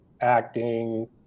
acting